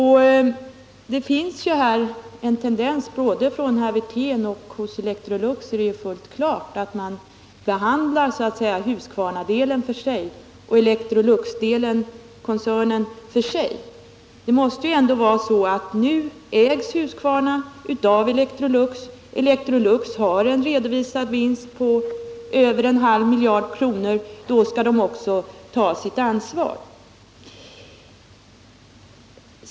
Herr Wirtén har en tendens — och då det gäller Electrolux är detta fullt klart — att behandla Husqvarnadelen för sig och Electroluxkoncernen för sig. Nu ägs emellertid Husqvarna av Electrolux, som har en redovisad vinst på över en halv miljard kronor. Då skall också företaget ta sitt ansvar.